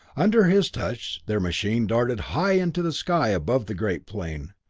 under his touch their machine darted high into the sky above the great plane.